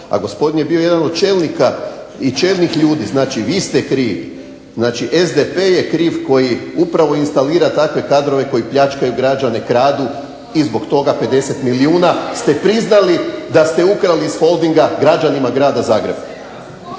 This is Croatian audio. a gospodine je bio jedan od čelnika i čelnih ljudi. Znači vi ste krivi. Znači SDP je kriv koji upravo instalira takve kadrove koji pljačkaju građane, kradu i zbog toga 50 milijuna ste priznali da ste ukrali iz Holdinga građanima grada Zagreba.